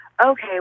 okay